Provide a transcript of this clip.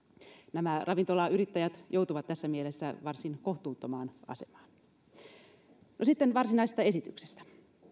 nämä ravintolayrittäjät joutuvat tässä mielessä varsin kohtuuttomaan asemaan no sitten varsinaisesta esityksestä